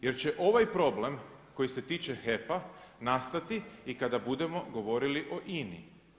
Jer će ovaj problem koji se tiče HEP-a nastati i kada budemo govorili o INA-i.